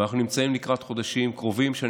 אנחנו נמצאים לקראת חודשים קרובים ואני